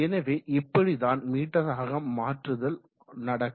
எனவே இப்படிதான் மீட்டராக மாற்றுதல் நடக்கும்